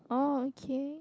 oh okay